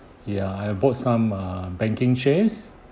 ya I bought some err banking shares